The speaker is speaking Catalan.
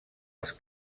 els